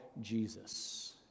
Jesus